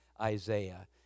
Isaiah